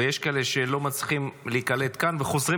ויש כאלה שלא מצליחים להיקלט כאן וחוזרים